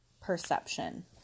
perception